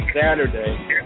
Saturday